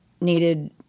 needed